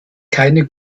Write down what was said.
keine